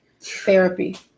therapy